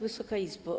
Wysoka Izbo!